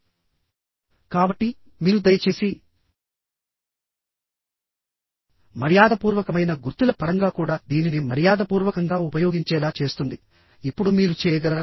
కాబట్టి మీరు దయచేసి మర్యాదపూర్వకమైన గుర్తుల పరంగా కూడా దీనిని మర్యాదపూర్వకంగా ఉపయోగించేలా చేస్తుంది ఇప్పుడు మీరు చేయగలరా